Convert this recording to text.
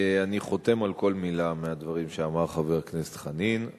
אני חותם על כל מלה בדברים שאמר חבר הכנסת חנין.